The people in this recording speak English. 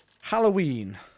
Halloween